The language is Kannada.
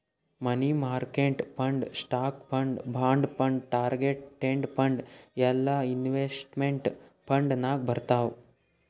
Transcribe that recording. money market fund, stock fund, bond fund, target date fund ಎಲ್ಲಾ ಇನ್ವೆಸ್ಟ್ಮೆಂಟ್ ಫಂಡ್ ನಾಗ್ ಬರ್ತಾವ್